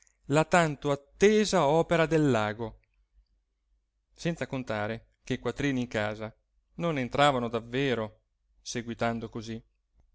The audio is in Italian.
la tanto attesa opera dell'ago senza contare che quattrini in casa non ne entravano davvero seguitando così